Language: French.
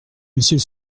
monsieur